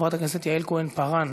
חברת הכנסת יעל כהן-פארן,